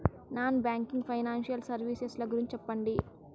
Non banking financial services ల గురించి సెప్పండి?